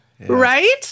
right